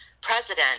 president